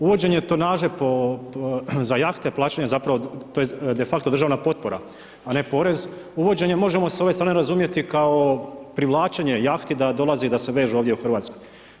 Uvođenje tonaže za jahte, plaćanje zapravo to je de facto držana potpora, a ne porez, uvođenje možemo s ove strane razumjeti kao privlačenje jahti da dolazi da se vežu ovdje u Hrvatskoj.